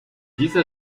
dieser